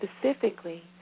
specifically